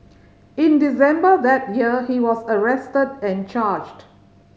in December that year he was arrested and charged